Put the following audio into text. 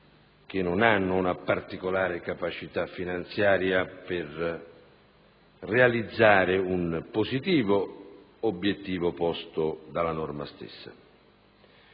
che non hanno una particolare capacità finanziaria per realizzare il positivo obiettivo posto dalla norma stessa.